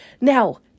Now